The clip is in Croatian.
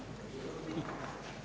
Hvala.